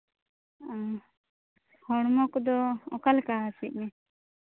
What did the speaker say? ᱚ ᱦᱚᱲᱢᱚ ᱠᱚᱫᱚ ᱚᱠᱟᱞᱮᱠᱟ ᱦᱟᱹᱥᱩᱭᱮᱫ ᱢᱮᱭᱟ